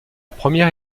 première